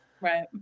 right